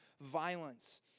violence